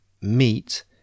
meet